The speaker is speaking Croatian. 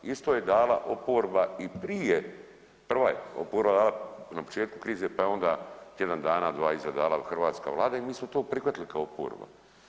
Isto je dala oporba i prije prva je oporba dala na početku krize pa je onda tjedan dana, dva iza dala hrvatska Vlada i mi smo to prihvatili kao oporba.